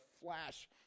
flash